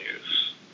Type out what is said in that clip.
use